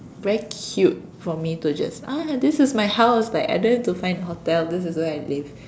very cute for me to just ah here this is my house like I don't have to find a hotel this is where I live